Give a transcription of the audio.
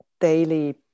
daily